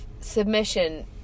submission